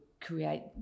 create